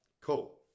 cool